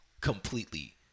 completely